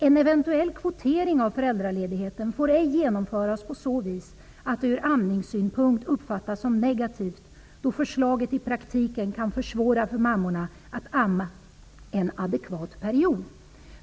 En eventuell kvotering av föräldraledigheten får ej genomföras på så vis att det ur amningssynpunkt uppfattas som negativt, då förslaget i praktiken kan försvåra för mammorna att amma en adekvat period.''